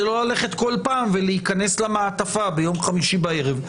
לא ללכת כל פעם ולהיכנס למעטפה ביום חמישי בערב.